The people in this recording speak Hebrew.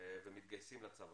ומתגייסים לצבא.